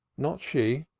not she.